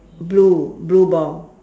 blue blue ball